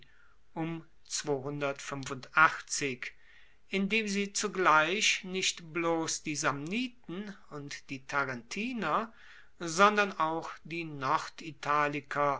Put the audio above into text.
indem sie zugleich nicht bloss die samniten und die tarentiner sondern auch die